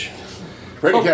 Ready